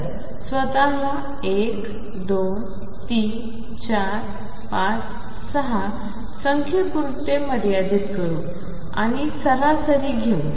चला स्वतःला 1 2 3 4 5 6 संख्यांपुरते मर्यादित करू आणि सरासरी घेऊ